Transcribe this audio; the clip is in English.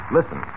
Listen